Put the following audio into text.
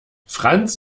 franz